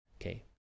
Okay